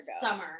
summer